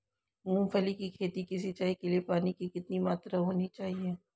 मूंगफली की खेती की सिंचाई के लिए पानी की कितनी मात्रा होनी चाहिए?